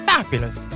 Fabulous